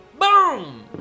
Boom